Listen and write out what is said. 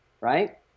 right